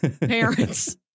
Parents